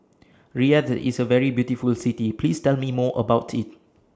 Riyadh IS A very beautiful City Please Tell Me More about IT